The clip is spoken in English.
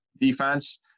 defense